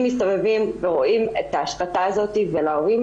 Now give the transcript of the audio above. מסתובבים ורואים את ההשחתה הזו ולהורים